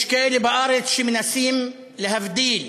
יש כאלה בארץ שמנסים להבדיל